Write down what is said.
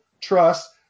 trust